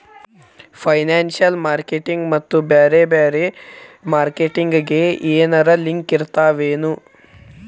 Financial marketing ಮತ್ತ ಬ್ಯಾರೆ ಬ್ಯಾರೆ ಮಾರ್ಕೆಟಿಂಗ್ ಗೆ ಏನರಲಿಂಕಿರ್ತಾವೆನು?